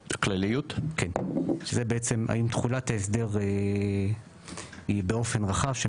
זה בעצם האם תחולת ההסדר היא באופן רחב.